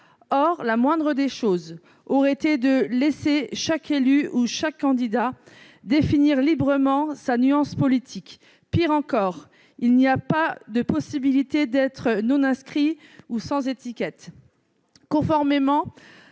Or la moindre des choses serait de laisser chaque élu ou chaque candidat définir librement sa nuance politique. Pis encore, il n'y a pas de possibilité d'être non-inscrit ou sans étiquette. Conformément